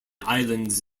islands